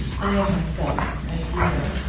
i myself, as you know,